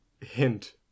hint